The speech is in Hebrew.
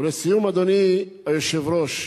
ולסיום, אדוני היושב-ראש,